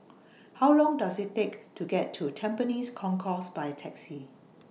How Long Does IT Take to get to Tampines Concourse By Taxi